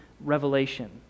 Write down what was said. revelation